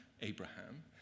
Abraham